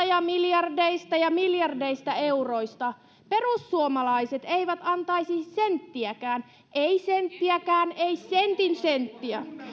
ja miljardeista ja miljardeista euroista perussuomalaiset eivät antaisi senttiäkään ei senttiäkään ei sentin senttiä